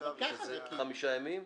--- חמישה ימים?